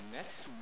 next